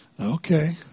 Okay